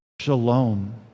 shalom